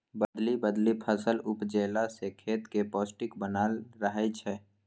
बदलि बदलि फसल उपजेला सँ खेतक पौष्टिक बनल रहय छै